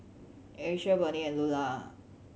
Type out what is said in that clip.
Asia Bernie and Lulah